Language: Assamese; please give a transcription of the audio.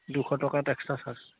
দুশ টকা এটা এক্সট্ৰা চাৰ্জ